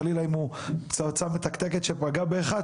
חלילה אם הוא פצצה מתקתקת שפגע באחד,